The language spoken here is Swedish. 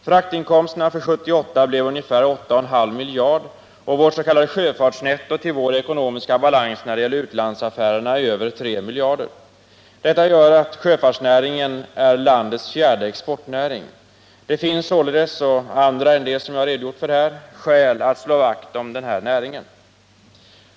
Fraktinkomsterna för 1978 blev ungefär 8,5 miljarder, och vårt s.k. sjöfartsnetto till vår ekonomiska balans när det gäller utlandsaffärerna är över 3 miljarder. Detta gör att sjöfartsnäringen är landets fjärde exportnäring. Det finns således skäl — också andra än dem som jag redogjort för här — att slå vakt om denna näring.